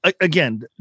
again